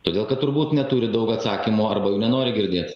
todėl kad turbūt neturi daug atsakymų arba nenori girdėti